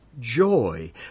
joy